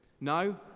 No